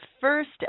first